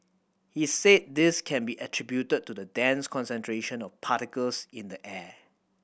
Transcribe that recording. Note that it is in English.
he said this can be attributed to the dense concentration of particles in the air